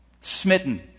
smitten